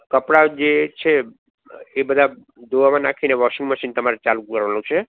કપળા જે છે એ બધા ધોવામાં નાખીને વોશિંગ મશીન તમારે ચાલુ કરવાનું છે